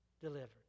delivered